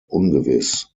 ungewiss